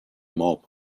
mob